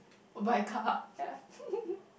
go buy car